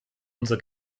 unser